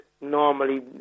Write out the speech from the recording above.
normally